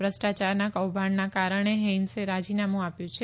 ભ્રષ્ટાચારના કૌભાંડના કારણે હેઇન્ઝે રાજીનામું આપ્યું છે